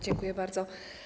Dziękuję bardzo.